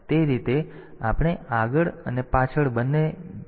તેથી તેને સંબંધિત જમ્પ તરીકે ઓળખવામાં આવે છે